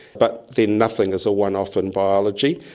but then nothing is a one-off in biology,